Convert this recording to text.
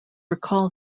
recall